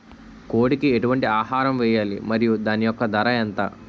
కోడి కి ఎటువంటి ఆహారం వేయాలి? మరియు దాని యెక్క ధర ఎంత?